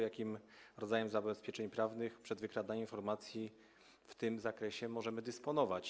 Jakim rodzajem zabezpieczeń prawnych przed wykradaniem informacji w tym zakresie możemy dysponować?